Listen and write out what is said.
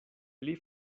pli